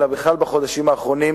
אלא בכלל בחודשים האחרונים,